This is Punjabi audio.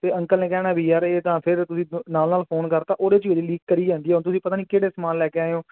ਤੇ ਅੰਕਲ ਨੇ ਕਹਿਣਾ ਵੀ ਯਾਰ ਇਹ ਤਾਂ ਫਿਰ ਤੁਸੀਂ ਨਾਲ ਨਾਲ ਫੋਨ ਕਰਤਾ ਉਹਦੇ ਚ ਲੀਕ ਕਰੀ ਜਾਂਦੀ ਹੈ ਤੁਸੀਂ ਪਤਾ ਨਹੀਂ ਕਿਹੜੇ ਸਮਾਨ ਲੈ ਕੇ ਆਏ ਹੋ